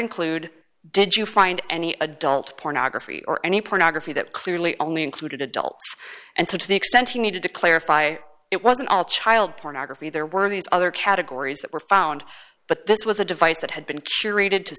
include did you find any adult pornography or any pornography that clearly only included adults and so to the extent he needed to clarify it wasn't all child pornography there were these other categories that were found but this was a device that had been curated to